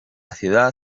ciudad